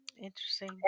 Interesting